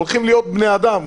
הולכים להיות בני אדם.